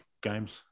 games